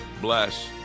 bless